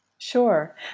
Sure